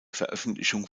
veröffentlichung